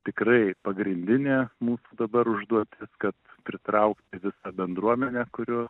tikrai pagrindinė mūsų dabar užduotis kad pritraukti visą bendruomenę kurio